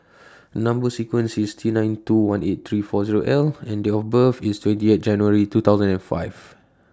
Number sequence IS T nine two one eight three four Zero L and Date of birth IS twenty eight January two thousand and five